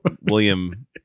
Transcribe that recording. William